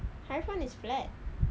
iphone is flat